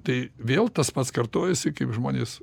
tai vėl tas pats kartojasi kaip žmonės